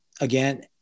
Again